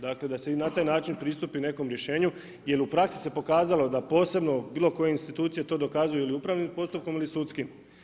Dakle, da se i na taj način pristupi nekom rješenju, jer u praksi se pokazalo, da posebno bilo koje institucije to dokazuju ili upravnim postupkom ili sudskim.